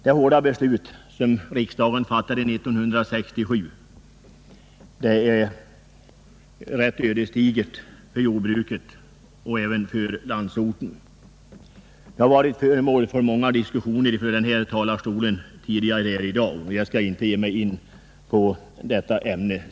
Det hårda beslut som riksdagen fattade 1967 blev ödesdigert för jordbruket och för landsorten. Jordbrukspolitiken har varit föremål för många kommentarer från denna talarstol tidigare i dag, och jag skall inte ge mig så långt in på detta ämne.